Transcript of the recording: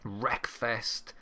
Wreckfest